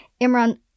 Imran